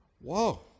Whoa